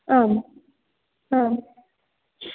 आम् आम्